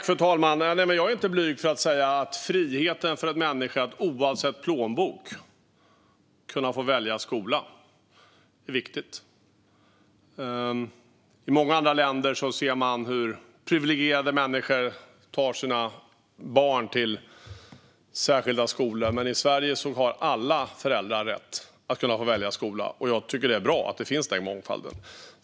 Fru talman! Jag är inte blyg, utan jag kan säga att friheten för en människa att oavsett plånbok få välja skola är viktig. I många andra länder ser man hur privilegierade människor tar sina barn till särskilda skolor, men i Sverige har alla föräldrar rätt att välja skola. Jag tycker att det är bra att den mångfalden finns.